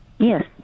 Yes